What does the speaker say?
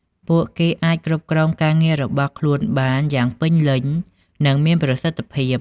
ពួកគេអាចគ្រប់គ្រងការងាររបស់ខ្លួនបានយ៉ាងពេញលេញ និងមានប្រសិទ្ធភាព។